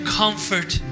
comfort